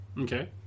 Okay